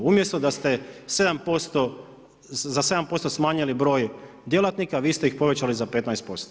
Umjesto da ste za 7% smanjili broj djelatnika, vi ste ih povećali za 15%